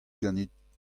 ganit